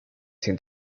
sin